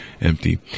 empty